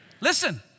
Listen